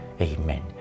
Amen